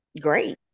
great